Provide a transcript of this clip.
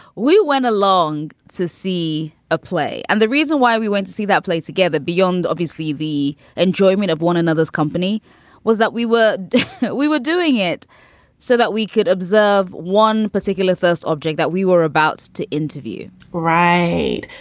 we went along to see a play and the reason why we went to see that play together beyond obviously the enjoyment of one another's company was that we were we were doing it so that we could observe one particular first object that we were about to interview right.